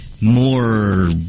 more